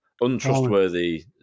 untrustworthy